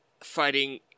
fighting